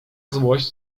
złość